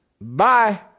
Bye